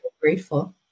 grateful